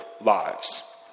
lives